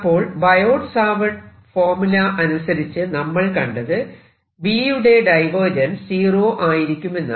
അപ്പോൾ Biot Savart formula അനുസരിച്ച് നമ്മൾ കണ്ടത് B യുടെ ഡൈവേർജൻസ് സീറോ ആയിരിക്കുമെന്നാണ്